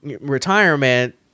retirement